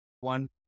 one